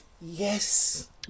yes